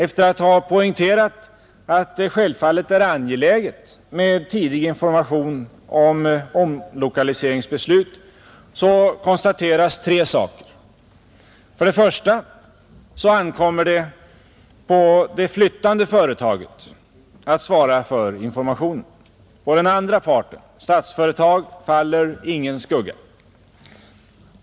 Efter att ha poängterat att det självfallet är angeläget med tidig information om omlokaliseringsbeslut konstateras tre saker: För det första ankommer det på det flyttande företaget att svara för informationen, På den andra parten, Statsföretag, faller ingen skugga.